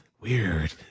weird